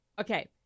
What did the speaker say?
Okay